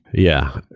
yeah.